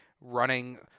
running